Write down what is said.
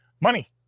Money